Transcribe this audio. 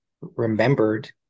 remembered